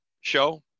show